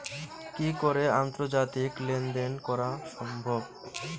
কি করে আন্তর্জাতিক লেনদেন করা সম্ভব?